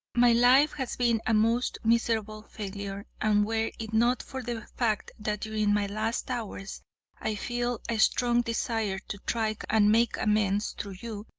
my life has been a most miserable failure, and were it not for the fact that during my last hours i feel a strong desire to try and make amends, through you,